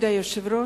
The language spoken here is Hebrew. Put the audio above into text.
כבוד היושב-ראש,